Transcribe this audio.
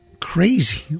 crazy